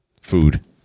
food